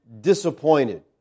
disappointed